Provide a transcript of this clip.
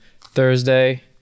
Thursday